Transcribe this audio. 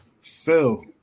Phil